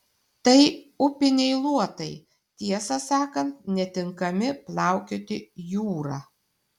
tai upiniai luotai tiesą sakant netinkami plaukioti jūra